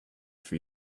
for